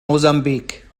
mosambik